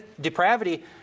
depravity